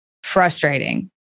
frustrating